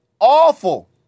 awful